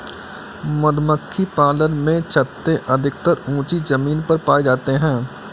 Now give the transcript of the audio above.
मधुमक्खी पालन में छत्ते अधिकतर ऊँची जमीन पर पाए जाते हैं